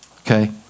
okay